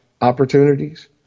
opportunities